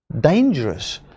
dangerous